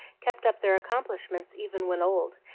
kept up their accomplishments even when old,